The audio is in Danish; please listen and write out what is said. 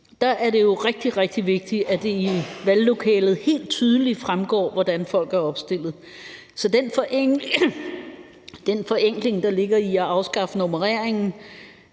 Der er det jo rigtig, rigtig vigtigt, at det i valglokalet helt tydeligt fremgår, hvordan folk er opstillet. Så den forenkling, der ligger i at afskaffe nummereringen,